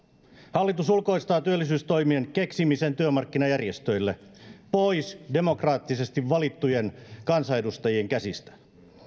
hallitus ulkoistaa työllisyystoimien keksimisen työmarkkinajärjestöille pois demokraattisesti valittujen kansanedustajien käsistä